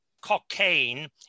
cocaine